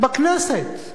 בכנסת,